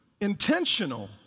intentional